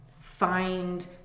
find